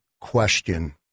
question